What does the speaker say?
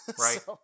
Right